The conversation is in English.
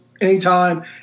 anytime